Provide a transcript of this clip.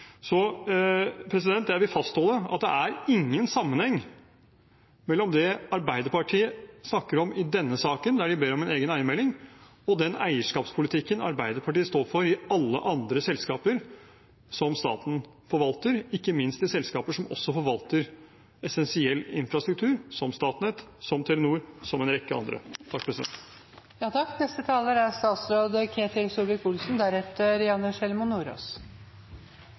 Så jeg vil fastholde at det er ingen sammenheng mellom det Arbeiderpartiet snakker om i denne saken, der de ber om en egen eiermelding, og den eierskapspolitikken Arbeiderpartiet står for i alle andre selskaper som staten forvalter, ikke minst i selskaper som også forvalter essensiell infrastruktur, som Statnett, som Telenor, som en rekke andre. I denne debatten har det i hvert fall kommet tydelig fram at Arbeiderpartiet er